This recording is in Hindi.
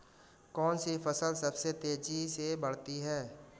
कौनसी फसल सबसे तेज़ी से बढ़ती है?